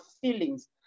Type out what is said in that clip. feelings